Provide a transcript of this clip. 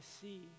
see